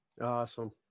Awesome